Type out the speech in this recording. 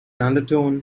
undertone